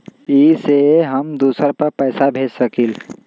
इ सेऐ हम दुसर पर पैसा भेज सकील?